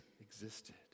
existed